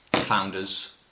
Founders